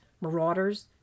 marauders